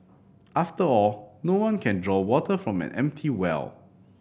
after all no one can draw water from an empty well